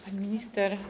Pani Minister!